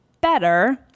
better